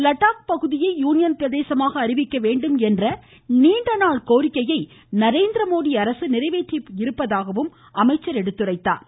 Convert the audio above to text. லடாக் பகுதியை யூனியன் பிரதேசமாக அறிவிக்க வேண்டும் என்ற நீண்ட நாள் கோரிக்கையை நரேந்திரமோடி அரசு நிறைவேற்றியிருப்பதாகவும் அவர் எடுத்துரைத்தார்